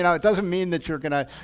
and it doesn't mean that you're gonna,